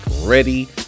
ready